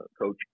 Coach